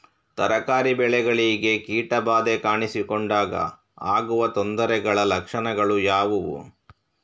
ತರಕಾರಿ ಬೆಳೆಗಳಿಗೆ ಕೀಟ ಬಾಧೆ ಕಾಣಿಸಿಕೊಂಡಾಗ ಆಗುವ ತೊಂದರೆಗಳ ಲಕ್ಷಣಗಳು ಯಾವುವು?